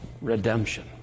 Redemption